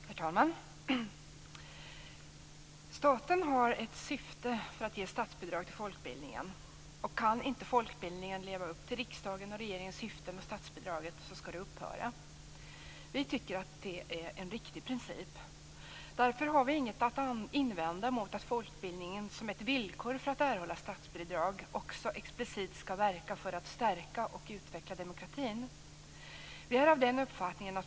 Herr talman! Staten har ett syfte med att ge statsbidrag till folkbildningen. Kan inte folkbildningen leva upp till riksdagens och regeringens syfte med statsbidraget skall det upphöra. Vi tycker att det är riktig princip. Därför har vi inget att invända mot att folkbildningen som ett villkor för att erhålla statsbidrag också explicit skall verka för att stärka och utveckla demokratin.